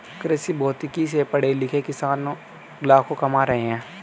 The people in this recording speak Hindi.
कृषिभौतिकी से पढ़े लिखे किसान लाखों कमा रहे हैं